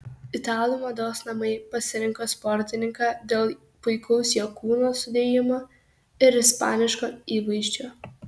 italų mados namai pasirinko sportininką dėl puikaus jo kūno sudėjimo ir ispaniško įvaizdžio